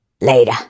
Later